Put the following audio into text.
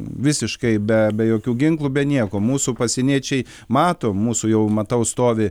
visiškai be be jokių ginklų be nieko mūsų pasieniečiai mato mūsų jau matau stovi